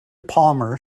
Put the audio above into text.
palmer